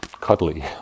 cuddly